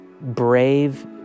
brave